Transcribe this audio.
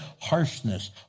harshness